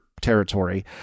territory